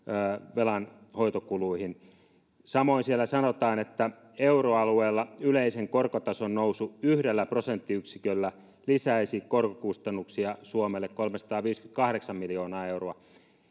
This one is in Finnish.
velanhoitokuluihin samoin siellä sanotaan että euroalueella yleisen korkotason nousu yhdellä prosenttiyksiköllä lisäisi korkokustannuksia suomelle kolmesataaviisikymmentäkahdeksan miljoonaa euroa